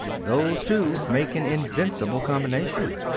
those two make an invincible combination.